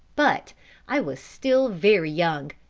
but i was still very young.